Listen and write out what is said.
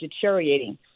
deteriorating